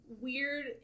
weird